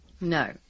No